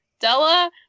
della